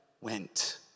went